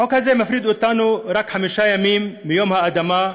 החוק הזה מפריד אותנו רק חמישה ימים מיום האדמה.